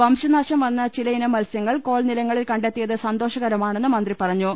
വംശനാശം വന്ന ചില ഇനം മത്സ്യങ്ങൾ കോൾ നിലങ്ങളിൽ കണ്ടെത്തി യത് സന്തോഷകരമാണെന്ന് മന്ത്രി പറഞ്ഞു